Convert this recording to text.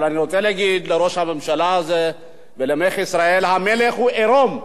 אבל אני רוצה להגיד לראש הממשלה ולמלך ישראל: המלך הוא עירום,